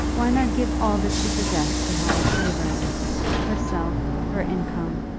why not give all that she possessed to harry clavering herself, her income,